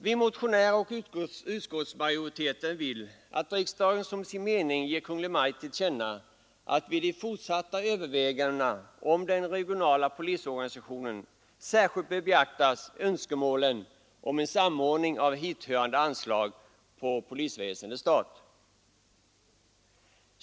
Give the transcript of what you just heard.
Vi motionärer och utskottsmajoriteten vill att riksdagen som sin mening ger Kungl. Maj:t till känna att vid de fortsatta övervägandena om den regionala polisorganisationen särskilt bör beaktas önskemålen om en samordning av hithörande anslag på polisväsendets stat.